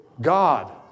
God